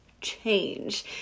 change